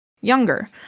younger